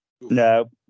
No